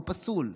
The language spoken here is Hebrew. הוא פסול.